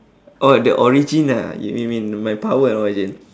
oh the origin ah you you mean my power and origin